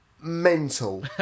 mental